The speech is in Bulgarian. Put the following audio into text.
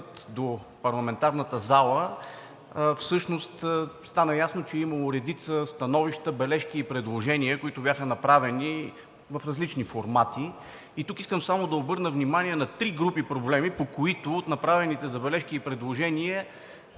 до парламентарната зала, стана ясно, че е имало редица становища, бележки и предложения, които бяха направени в различни формати. Тук искам да обърна внимание на три групи проблеми, по които направените забележки и предложения